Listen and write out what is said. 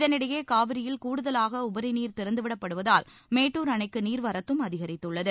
இதனிடையே காவிரியில் கூடுதலாக உபரி நீர் திறந்து விடப்படுவதால் மேட்டூர் அணைக்கு நீர்வரத்தும் அதிகரித்துள்ளது